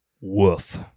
Woof